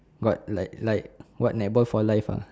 got like like what netball for life uh